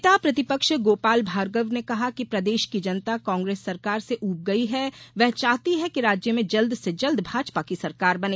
नेता प्रतिपक्ष गोपाल भार्गव ने कहा कि प्रदेश की जनता कांग्रेस सरकार से उब गई है व चाहती है कि राज्य में जल्द से जल्द भाजपा की सरकार बने